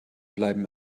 bleiben